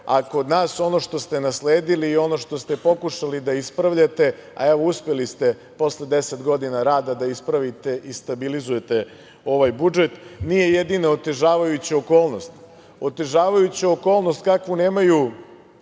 a kod nas ono što ste nasledili i ono što ste pokušali da ispravljate, a evo uspeli ste posle deset godina rada da ispravite i stabilizujete ovaj budžet, nije jedina otežavajuća okolnost. Otežavajuća okolnost kakvu nemaju